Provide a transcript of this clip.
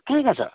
कहाँ कहाँ छ